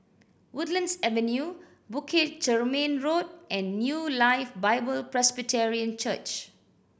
Woodlands Avenue Bukit Chermin Road and New Life Bible Presbyterian Church